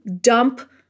dump